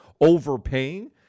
overpaying